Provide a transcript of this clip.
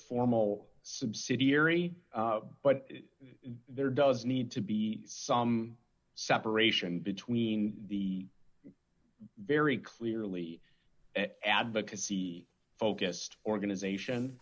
formal subsidiary but there does need to be some separation between the very clearly an advocacy focused organization